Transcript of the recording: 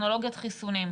טכנולוגיית חיסונים?